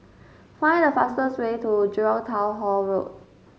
find the fastest way to Jurong Town Hall Road